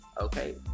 Okay